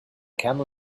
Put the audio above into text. camel